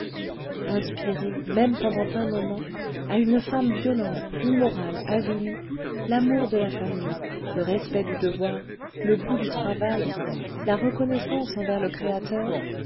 inspirer même pendant un moment à une femme violente immorale avilie l'amour de la famille le respect du devoir le goût du travail la reconnaissance envers le créateur